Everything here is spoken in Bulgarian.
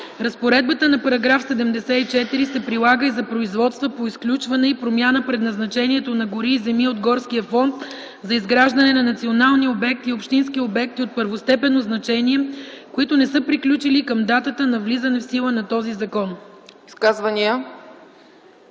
Разпоредбата на § 75 се прилага и за производства по промяна на предназначението на земеделски земи за изграждане на национални обекти и общински обекти от първостепенно значение, които не са приключили към датата на влизане в сила на този закон.”